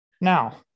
Now